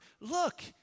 Look